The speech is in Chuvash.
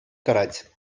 тӑрать